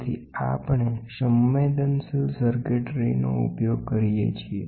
તેથી આપણે સંવેદનશીલ સર્કિટનો ઉપયોગ કરીએ છીએ